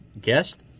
guest